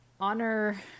honor